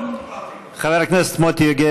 חבר הכנסת מוטי יוגב,